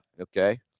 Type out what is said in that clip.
Okay